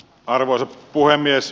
arvoisa puhemies